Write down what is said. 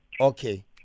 okay